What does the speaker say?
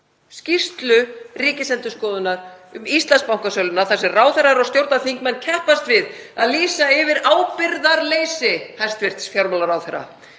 skýrslu Ríkisendurskoðunar um Íslandsbankasöluna þar sem ráðherrar og stjórnarþingmenn keppast við að lýsa yfir ábyrgðarleysi hæstv. fjármálaráðherra;